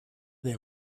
they